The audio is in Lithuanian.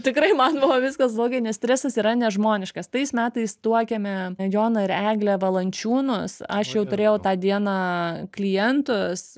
tikrai man buvo viskas blogai nes stresas yra nežmoniškas tais metais tuokėme joną ir eglę valančiūnus aš jau turėjau tą dieną klientus